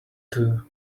two